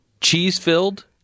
Cheese-filled